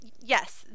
Yes